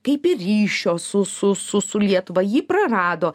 kaip ir ryšio su su su lietuva jį prarado